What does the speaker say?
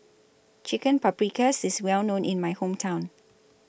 Chicken Paprikas IS Well known in My Hometown